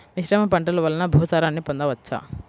మిశ్రమ పంటలు వలన భూసారాన్ని పొందవచ్చా?